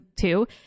two